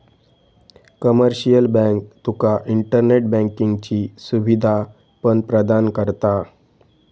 commercial bank तुका internet बँकिंगची सुवीधा पण प्रदान करता